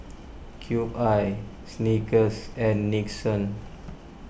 Cube I Snickers and Nixon